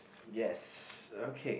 yes okay